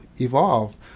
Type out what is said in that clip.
evolve